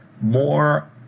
more